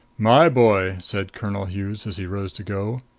my boy, said colonel hughes as he rose to go,